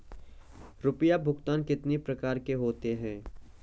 रुपया भुगतान कितनी प्रकार के होते हैं?